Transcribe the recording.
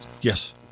Yes